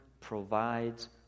provides